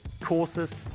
courses